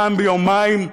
פעם ביומיים: